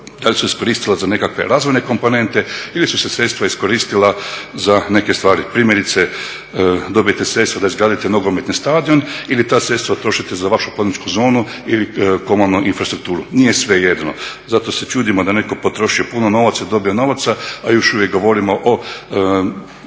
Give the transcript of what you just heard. Da li su se iskoristila za nekakve razvojne komponente ili su se sredstva iskoristila za neke stvari. Primjerice, dobijete sredstva da izgradite nogometni stadion ili ta sredstva utrošite za vašu poduzetničku zonu ili komunalnu infrastrukturu, nije svejedno, zato se čudimo da netko potroši puno novaca, dobio novaca, a još uvijek govorimo o